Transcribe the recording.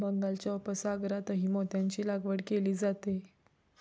बंगालच्या उपसागरातही मोत्यांची लागवड केली जाते